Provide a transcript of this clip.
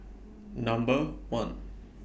Number one